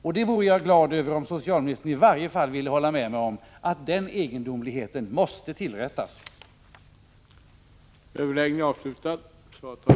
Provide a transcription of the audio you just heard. Jag vore glad om socialministern i varje fall ville hålla med mig om att denna egendomlighet måste rättas till.